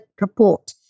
report